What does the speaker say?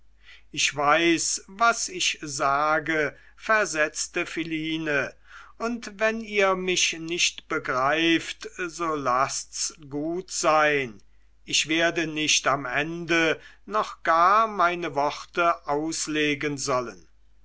ich weiß was ich sage versetzte philine und wenn ihr mich nicht begreift so laßt's gut sein ich werde nicht am ende noch gar meine worte auslegen sollen